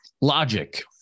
logic